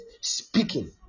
speaking